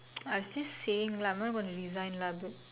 I was just saying lah I not gonna resign lah but